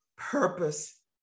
purpose